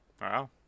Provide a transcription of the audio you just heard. Wow